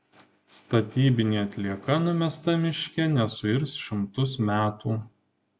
statybinė atlieka numesta miške nesuirs šimtus metų